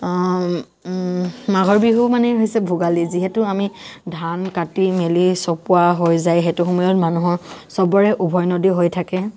মাঘৰ বিহু মানে হৈছে ভোগালী যিহেতু আমি ধান কাটি মেলি চপোৱা হয় যায় সেইটো সময়ত মানুহৰ চবৰে উভৈনদী হৈ থাকে